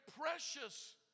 precious